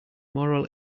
moral